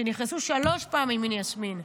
נכנסו שלוש פעמים עם הנמר,